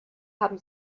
haben